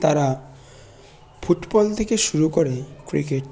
তারা ফুটবল থেকে শুরু করে ক্রিকেট